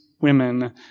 women